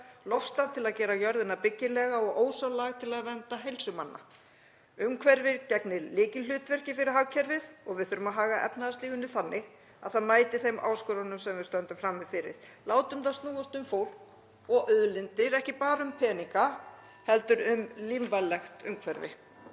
loftslag til að gera jörðina byggilega og ósonlag til að vernda heilsu manna. Umhverfið gegnir lykilhlutverki fyrir hagkerfið og við þurfum að haga efnahagslífinu þannig að það mæti þeim áskorunum sem við stöndum frammi fyrir. Látum það snúast um fólk og auðlindir, ekki bara um peninga heldur um lífvænlegt umhverfi.